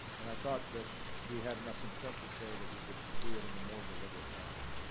and i thought that we had enough consensus there that we could do it in a more deliberate fashion.